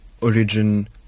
origin